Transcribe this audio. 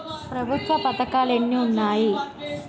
ప్రభుత్వ పథకాలు ఎన్ని ఉన్నాయి?